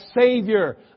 Savior